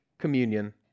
Communion